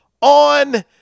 on